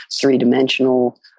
three-dimensional